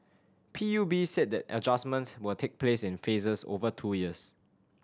P U B said the adjustments will take place in phases over two years